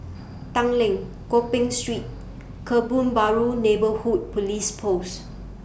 Tanglin Gopeng Street Kebun Baru Neighbourhood Police Post